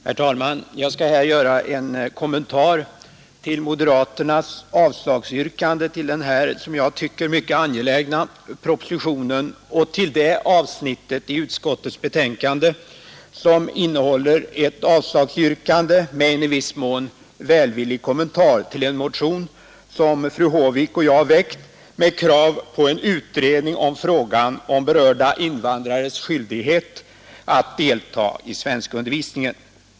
Herr talman! Jag skall göra en kommentar till moderaternas avslagsyrkande beträffande den som jag tycker mycket angelägna propositionen i detta ärende och till det avsnitt i utskottets betänkande, där man med en i viss mån välvillig skrivning yrkar avslag på en motion, väckt av fru Håvik och mig, med krav på en utredning av frågan om berörda invandrares skyldighet att delta i svenskundervisning.